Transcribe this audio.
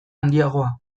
handiagoa